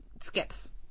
skips